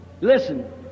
Listen